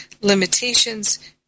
limitations